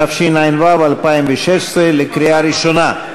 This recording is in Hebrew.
התשע"ו 2016, בקריאה ראשונה.